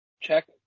Check